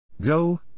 Go